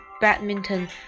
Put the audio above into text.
badminton